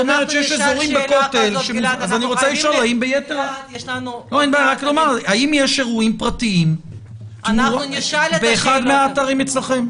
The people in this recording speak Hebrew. אני רוצה לשאול האם יש אירועים פרטיים באחד מהאתרים אצלכם?